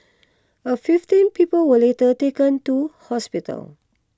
a fifteen people were later taken two hospitals